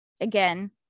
Again